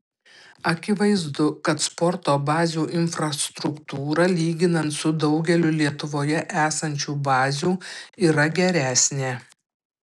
akivaizdu kad sporto bazių infrastruktūra lyginant su daugeliu lietuvoje esančių bazių yra geresnė